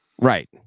Right